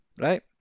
right